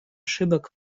ошибок